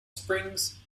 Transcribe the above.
springs